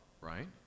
right